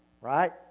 right